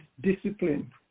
discipline